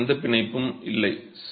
மாணவன் அப்படி எந்த பிணைப்பும் இல்லை